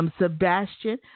Sebastian